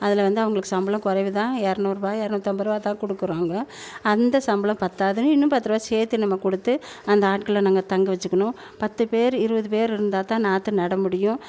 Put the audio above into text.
அதில் வந்து அவங்களுக்கு சம்பளம் குறைவுதான் இரநூறுபா இரநூத்தம்பது ருபாய்தான் கொடுக்குறாங்க அந்த சம்பளம் பத்தாதுன்னு இன்னும் பத்துருபா சேர்த்து நம்ம கொடுத்து அந்த ஆட்களை நாங்கள் தங்கவச்சிக்கணும் பத்து பேர் இருபது பேர் இருந்தால் தான் நாற்று நட முடியும்